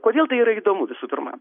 kodėl tai yra įdomu visų pirma